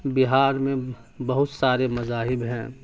بہار میں بہت سارے مذاہب ہیں